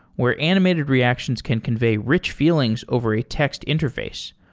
where animated reactions can convey rich feelings over a text interface.